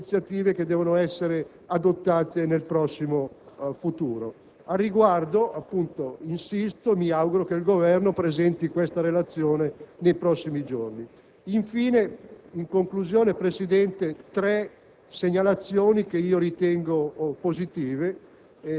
ci può aiutare a comprendere meglio le iniziative che devono essere adottate nel prossimo futuro. Al riguardo insisto e mi auguro che il Governo presenti questa relazione nei prossimi giorni. Infine, Presidente,